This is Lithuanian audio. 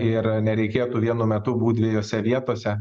ir nereikėtų vienu metu būt dviejose vietose